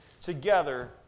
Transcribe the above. together